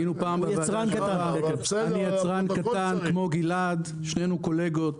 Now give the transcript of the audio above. אני סוכרזית היינו פעם -- אני יצרן קטן כמו גלעד שנינו קולגות.